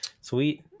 Sweet